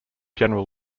general